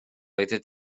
oeddet